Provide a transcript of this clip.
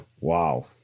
Wow